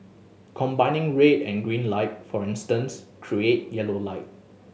combining red and green light for instance create yellow light